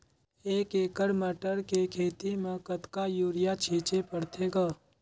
एक एकड़ मटर के खेती म कतका युरिया छीचे पढ़थे ग?